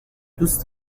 دوست